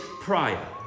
prior